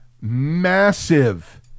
massive